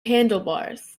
handlebars